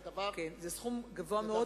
זה סכום גבוה מאוד.